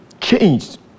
changed